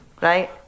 right